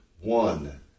one